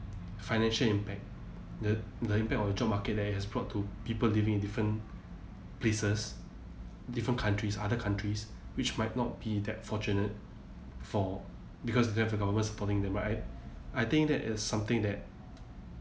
financial impact the the impact of the job market that it has brought to people living in different places different countries other countries which might not be that fortunate for because they have their government supporting them right I think that is something that